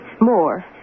More